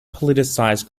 politicized